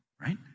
Right